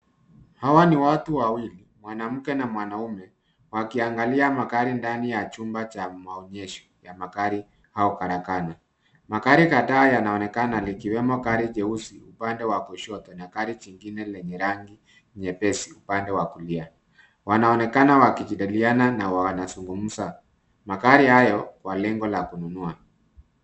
Hawa ni watu wawili, mwanamke na mwanaume wakiangalia magari ndani ya chumba cha maonyesho ya magari au karakana. Magari kadhaa yanaonekana likiwemo gari jeusi upande wa kushoto na gari nyingine lenye rangi nyepesi upande wa kulia. Wanaonekana wakijadiliana na wanazungumza magari hayo kwa lengo la kununua.